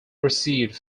received